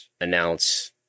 announce